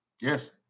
Yes